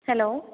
hello